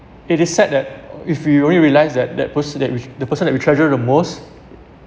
it is sad that if you only realise that that person that which the person that you treasure the most